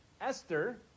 Esther